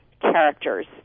characters